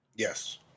Yes